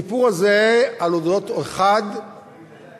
הסיפור הזה על אודות אחד שהתכונן,